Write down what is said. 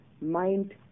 mind